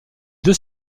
deux